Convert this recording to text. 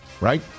right